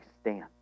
stand